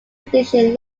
edition